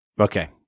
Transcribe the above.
Okay